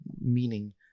meaning